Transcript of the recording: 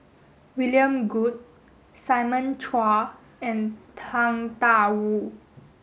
William Goode Simon Chua and Tang Da Wu